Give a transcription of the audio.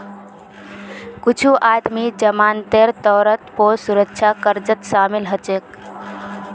कुछू आदमी जमानतेर तौरत पौ सुरक्षा कर्जत शामिल हछेक